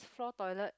floor toilet